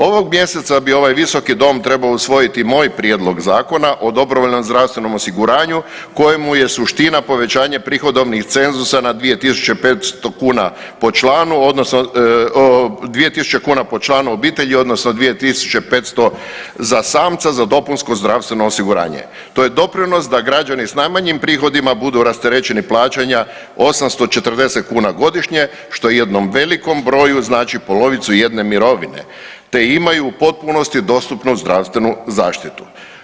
Ovog mjeseca bi ovaj Visok dom trebao usvojiti moj Prijedlog zakona o dobrovoljnom zdravstvenom osiguranju kojemu je suština povećanje prihodovnih cenzusa na 2.500 kuna po članu odnosno 2.000 kuna po članu obitelji odnosno 2.500 za samca za DZO, to je doprinos da građani s najmanji prihodima budu rasterećeni plaćanja 840 kuna godišnje što jednom velikom broju znači polovicu jedne mirovine te imaju u potpunosti dostupnu zdravstvenu zaštitu.